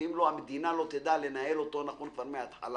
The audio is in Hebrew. אם המדינה לא תדע לנהל אותו נכון כבר מהתחלה,